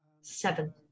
Seven